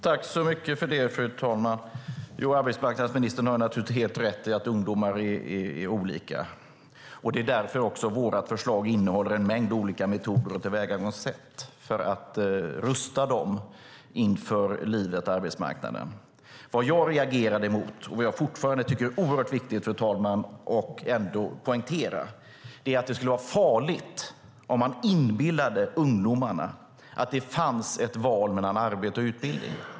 Fru talman! Arbetsmarknadsministern har naturligtvis helt rätt i att ungdomar är olika. Det är också därför vårt förslag innehåller en mängd olika metoder och tillvägagångssätt för att rusta dem inför livet och arbetsmarknaden. Vad jag reagerade mot och fortfarande tycker är oerhört viktigt att poängtera är att det skulle vara farligt om man inbillade ungdomarna att det fanns ett val mellan arbete och utbildning.